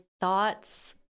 thoughts